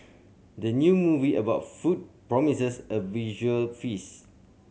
the new movie about food promises a visual feast